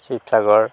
Sivasagar